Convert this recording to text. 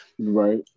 Right